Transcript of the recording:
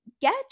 get